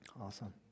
Awesome